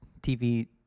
TV